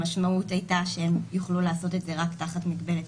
המשמעות הייתה שהם יוכלו לעשות את זה רק תחת מגבלת